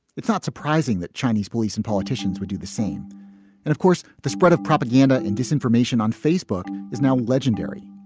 it's not surprising that chinese police and politicians would do the same. and of course, the spread of propaganda and disinformation on facebook is now legendary.